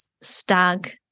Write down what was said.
stag